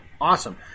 Awesome